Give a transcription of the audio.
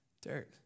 Dirt